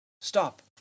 stop